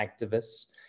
activists